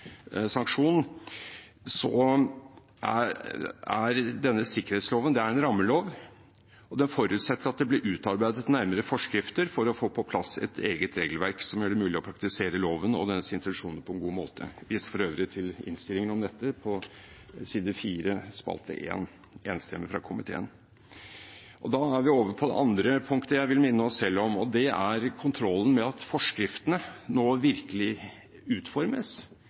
så langt Stortinget bestemmer det. Sikkerhetsloven er en rammelov, som forutsetter at det blir utarbeidet nærmere forskrifter for å få på plass et regelverk som skal gjøre det mulig å praktisere loven og dens intensjoner på en god måte, jf. omtale i proposisjonens kapittel 16, om ikrafttredelse. Det er viktig å merke seg at